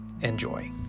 Enjoy